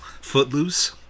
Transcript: Footloose